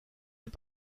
est